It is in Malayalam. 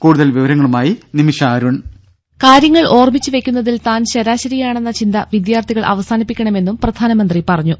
കൂടുതൽ വിവരങ്ങളുമായി നിമിഷ അരുൺ ദേദ കാര്യങ്ങൾ ഓർമ്മിച്ച് വെയ്ക്കുന്നതിൽ താൻ ശരാശരിയാണെന്ന ചിന്ത വിദ്യാർത്ഥികൾ അവസാനിപ്പിക്കണമെന്നും പ്രധാനമന്ത്രി പറഞ്ഞു